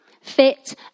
fit